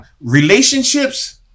Relationships